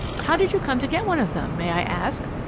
how did you come to get one of them, may i ask?